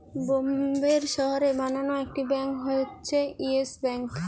বোম্বের শহরে বানানো একটি ব্যাঙ্ক হচ্ছে ইয়েস ব্যাঙ্ক